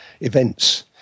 events